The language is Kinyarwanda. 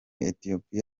ethiopia